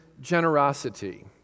generosity